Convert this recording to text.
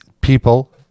people